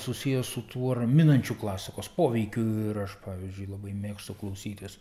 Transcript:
susiję su tuo raminančiu klasikos poveikiu ir aš pavyzdžiui labai mėgstu klausytis